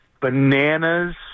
bananas